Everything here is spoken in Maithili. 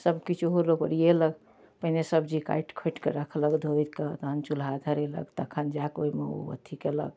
सबकिछु ओहो लोक ओरिएलक पहिने सबजी काटि खोँटिके राखलक धोइके तहन चुल्हा धरेलक तखन जाकऽ ओहिमे ओ अथी कएलक